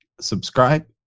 subscribe